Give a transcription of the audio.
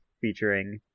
featuring